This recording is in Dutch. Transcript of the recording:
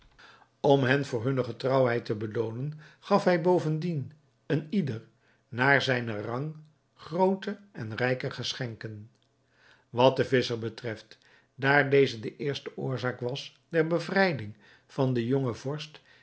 om hen voor hunne getrouwheid te beloonen gaf hij bovendien een ieder naar zijnen rang groote en rijke geschenken wat den visscher betreft daar deze de eerste oorzaak was der bevrijding van den jongen vorst